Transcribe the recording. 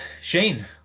Shane